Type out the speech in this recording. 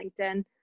LinkedIn